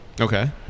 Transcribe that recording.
Okay